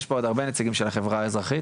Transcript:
יש פה עוד הרבה נציגים של החברה האזרחית,